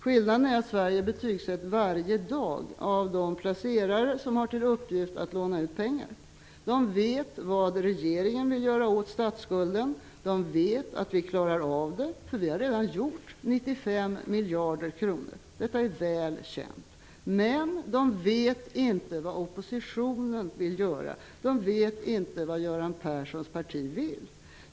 Skillnaden är att Sverige betygsätts varje dag av de placerare som har till uppgift att låna ut pengar. De vet vad regeringen vill göra åt statsskulden. De vet att vi klarar av det -- vi har redan klarat av 95 miljarder. Detta är väl känt. Men de vet inte vad oppositionen vill göra -- de vet inte vad Göran Perssons parti vill.